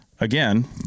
again-